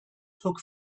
took